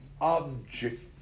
object